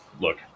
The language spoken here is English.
Look